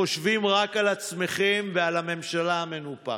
חושבים רק על עצמכם ועל הממשלה המנופחת.